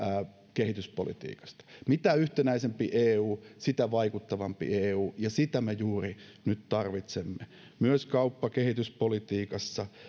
kehityspolitiikasta mitä yhtenäisempi eu sitä vaikuttavampi eu ja sitä me juuri nyt tarvitsemme myös kauppa ja kehityspolitiikassa